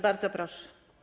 Bardzo proszę.